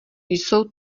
jsou